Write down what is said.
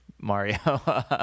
mario